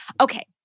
okay